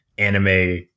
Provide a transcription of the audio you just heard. Anime